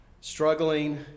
struggling